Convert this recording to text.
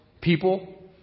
people